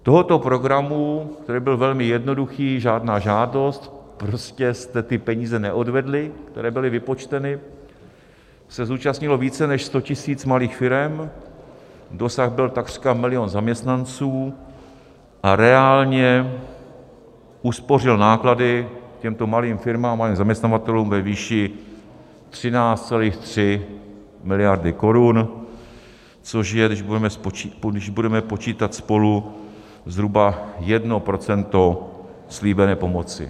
Tohoto programu, který byl velmi jednoduchý, žádná žádost, prostě jste ty peníze neodvedli, které byly vypočteny, se zúčastnilo více než 100 000 malých firem, dosah byl takřka milion zaměstnanců a reálně uspořil náklady těmto malým firmám, ale i zaměstnavatelům ve výši 13,3 miliardy korun, což je, když budeme počítat spolu, zhruba 1 % slíbené pomoci.